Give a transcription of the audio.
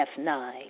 F9